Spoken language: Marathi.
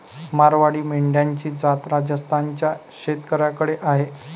मारवाडी मेंढ्यांची जात राजस्थान च्या शेतकऱ्याकडे आहे